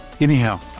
Anyhow